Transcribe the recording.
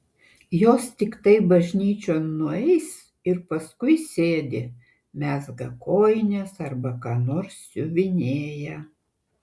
jos tiktai bažnyčion nueis ir paskui sėdi mezga kojines arba ką nors siuvinėja